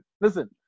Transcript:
listen